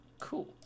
Cool